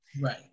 right